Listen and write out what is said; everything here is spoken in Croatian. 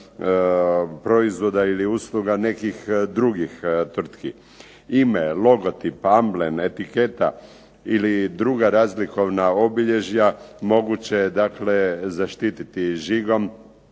proizvoda ili usluga nekih drugih tvrtki. Ime, logotip, amblem, etiketa ili druga razlikovna obilježja moguće je dakle zaštititi žigom